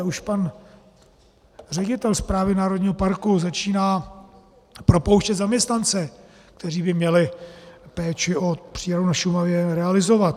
Už pan ředitel správy národního parku začíná propouštět zaměstnance, kteří by měli péči o přírodu na Šumavě realizovat.